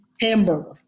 hamburger